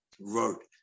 wrote